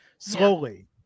Slowly